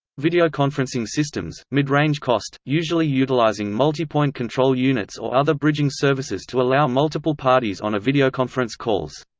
videoconferencing systems midrange cost, usually utilizing multipoint control units or other bridging services to allow multiple parties on a videoconference calls.